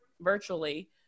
virtually